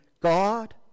God